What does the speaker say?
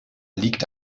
liegt